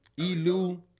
Elu